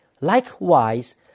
Likewise